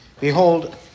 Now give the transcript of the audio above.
behold